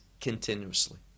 continuously